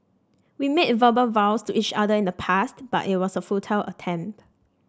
we made verbal vows to each other in the past but it was a futile attempt